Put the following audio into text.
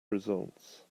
results